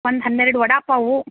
ಒಂದು ಹನ್ನೆರಡು ವಡಾ ಪಾವು